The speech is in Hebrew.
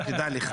תדע לך.